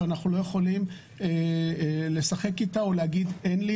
ואנחנו לא יכולים לשחק איתם או להגיד אין לי